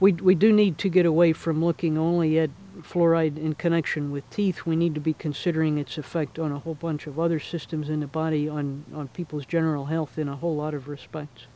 we'd we do need to get away from looking only at fluoride in connection with teeth we need to be considering it's effect on a whole bunch of other systems in the body on on people's general health in a whole lot of respect